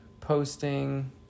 posting